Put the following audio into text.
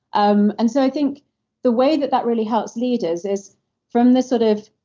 um and so i think the way that that really helps leaders is from the sort of,